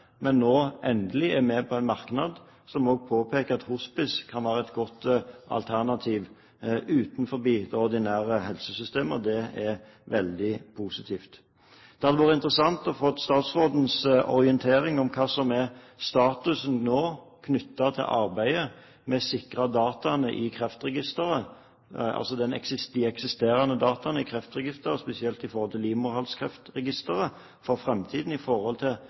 men nå endelig er med på en merknad som også påpeker at hospice kan være et godt alternativ utenfor det ordinære helsesystemet, og det er veldig positivt. Det hadde vært interessant å få statsrådens orientering om hva som er statusen nå knyttet til arbeidet med å sikre dataene i Kreftregisteret – altså de eksisterende dataene i Kreftregisteret, spesielt i forhold til livmorhalskreftregisteret – for fremtiden, i forhold til